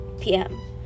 PM